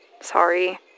Sorry